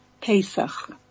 Pesach